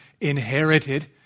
inherited